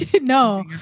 No